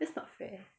that's not fair